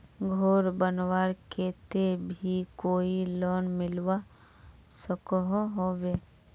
घोर बनवार केते भी कोई लोन मिलवा सकोहो होबे?